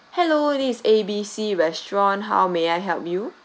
hello this is A B C restaurant how may I help you